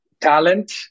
talent